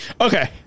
Okay